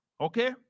Okay